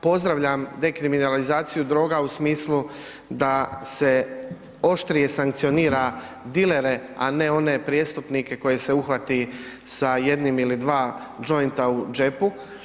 Pozdravljam dekriminalizaciju droga u smislu da se oštrije sankcionira dilere, a ne one prijestupnike koji se uhvati sa jednim ili dva jointa u džepu.